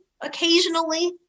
occasionally